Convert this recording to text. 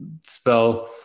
spell